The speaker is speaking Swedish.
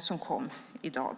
som kom i dag.